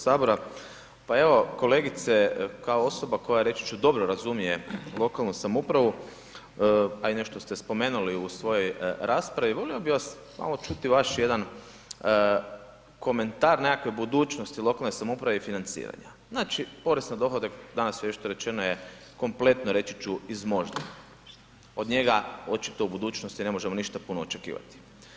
Pa evo kolegice, kao osoba koja, reći ću, dobro razumije lokalnu samoupravu, a i nešto ste spomenuli u svojoj raspravi, volio bi vas malo čuti, vaš jedan komentar nekakve budućnosti lokalne samouprave i financiranja, znači porez na dohodak danas je već to rečeno je kompletno, reći ću, izmožden, od njega očito u budućnosti ne možemo ništa puno očekivati.